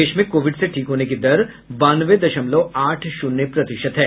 देश में कोविड से ठीक होने की दर बानवे दशमलव आठ शून्य प्रतिशत है